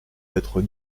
d’être